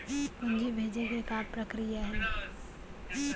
पूंजी भेजे के का प्रक्रिया हे?